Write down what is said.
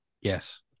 Yes